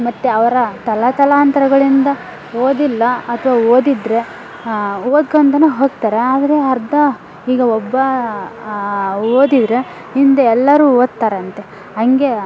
ಮತ್ತು ಅವ್ರು ತಲೆತಲಾಂತರಗಳಿಂದ ಓದಿಲ್ಲ ಅಥವಾ ಓದಿದ್ದರೆ ಓದ್ಕೊಂತಲೇ ಹೋಗ್ತಾರೆ ಆದರೆ ಅರ್ಧ ಈಗ ಒಬ್ಬ ಓದಿದರೆ ಹಿಂದೆ ಎಲ್ಲರೂ ಓದ್ತಾರಂತೆ ಹಂಗೆ